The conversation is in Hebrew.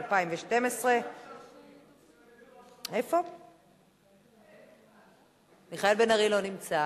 התשע"ב 2012. מיכאל בן-ארי לא נמצא,